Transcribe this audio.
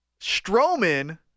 Strowman